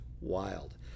wild